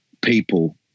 people